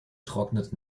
trocknet